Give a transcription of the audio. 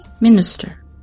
minister